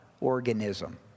Organism